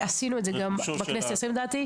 עשינו את זה גם בכנסת העשירם לדעתי,